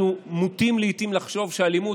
אנחנו נוטים לעיתים לחשוב שהאלימות,